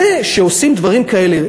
זה שעושים דברים כאלה,